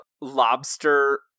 lobster